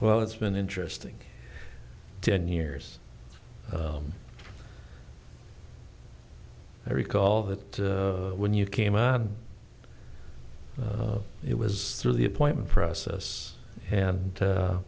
well it's been interesting ten years i recall that when you came out it was through the appointment process and